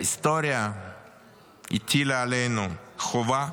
ההיסטוריה הטילה עלינו חובה,